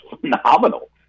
phenomenal